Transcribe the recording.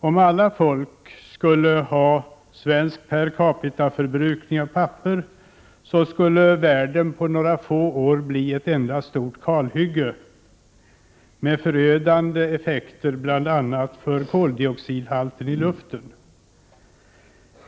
Om alla folk skulle ha samma pappersförbrukning per capita som vii Sverige har, skulle världen på några få år bli ett enda stort kalhygge. Detta skulle bl.a. få förödande effekter vad gäller koldioxidhalten i luften.